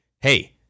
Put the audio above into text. hey